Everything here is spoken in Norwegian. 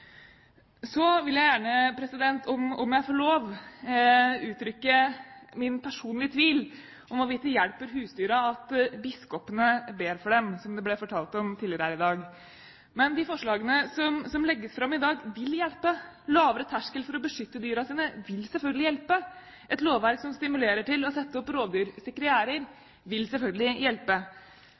Så vil jeg gjerne, om jeg får lov, gi uttrykk for min personlige tvil om hvorvidt det hjelper husdyrene at biskopene ber for dem, som det ble fortalt om tidligere her i dag. Men de forslagene som legges fram i dag, vil hjelpe. Lavere terskel for å beskytte dyrene sine vil selvfølgelig hjelpe. Et lovverk som stimulerer til å sette opp rovdyrsikre gjerder, vil selvfølgelig hjelpe.